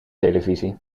televisie